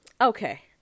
okay